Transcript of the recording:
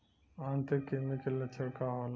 आंतरिक कृमि के लक्षण का होला?